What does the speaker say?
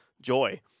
Joy